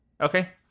Okay